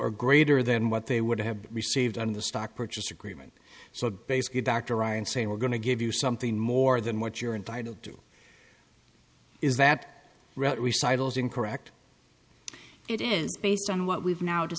or greater than what they would have received on the stock purchase agreement so basically dr ryan saying we're going to give you something more than what you're entitled to is that right recycles incorrect it is based on what we've now